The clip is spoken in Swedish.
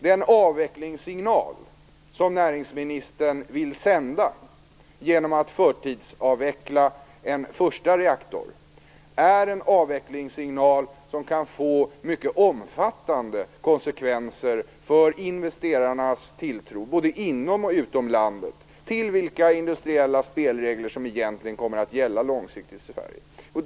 Den avvecklingssignal som näringsministern vill sända genom att förtidsavveckla en första reaktor, kan få mycket omfattande konsekvenser för investerarnas tilltro både inom och utom landet när det gäller vilka industriella spelregler som egentligen skall gälla långsiktigt i Sverige.